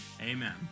Amen